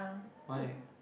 why